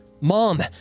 Mom